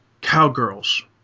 cowgirls